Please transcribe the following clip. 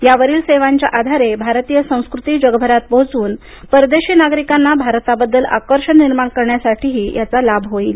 यावरील सेवांच्या आधारे भारतीय संस्कृती जगभरात पोहोचवून परदेशी नागरीकांना भारताबद्दल आकर्षण निर्माण करण्यासाठीही याचा लाभ होईल